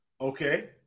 Okay